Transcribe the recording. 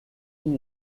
une